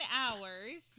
hours